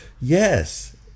yes